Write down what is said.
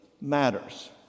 matters